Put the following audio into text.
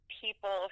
people